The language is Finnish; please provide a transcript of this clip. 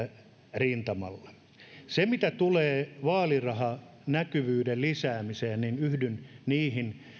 rintamalla mitä tulee vaalirahan näkyvyyden lisäämiseen niin yhdyn niihin